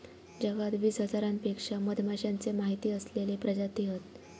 जगात वीस हजारांपेक्षा मधमाश्यांचे माहिती असलेले प्रजाती हत